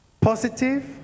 positive